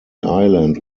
island